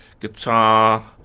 guitar